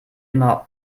immer